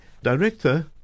director